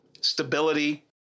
stability